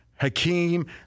Hakeem